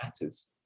matters